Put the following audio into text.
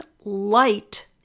light